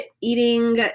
eating